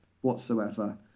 whatsoever